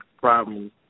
problems